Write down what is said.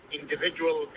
individual